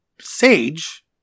sage